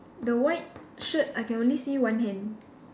the white shirt I can only see one hand